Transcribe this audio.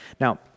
Now